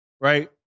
right